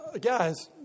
guys